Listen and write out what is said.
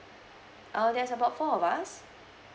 uh there's about four of us